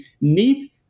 need